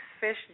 fish